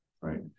right